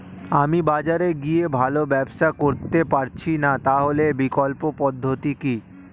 আমি বাজারে গিয়ে ভালো ব্যবসা করতে পারছি না তাহলে বিকল্প পদ্ধতি কি?